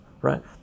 right